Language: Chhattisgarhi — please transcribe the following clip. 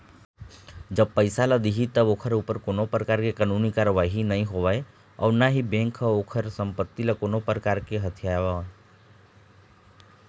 जब पइसा ल दिही तब ओखर ऊपर कोनो परकार ले कानूनी कारवाही नई होवय अउ ना ही बेंक ह ओखर संपत्ति ल कोनो परकार ले हथियावय